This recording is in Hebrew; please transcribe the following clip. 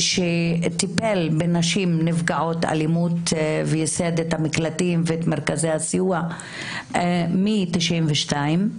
שטיפל בנשים נפגעות אלימות וייסד את המקלטים ואת מרכזי הסיוע משנת 1992,